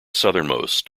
southernmost